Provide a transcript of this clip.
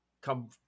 come